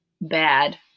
bad